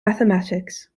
mathematics